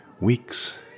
weeks